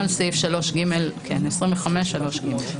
סעיף 25(3)(ג).